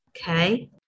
okay